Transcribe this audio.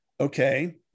okay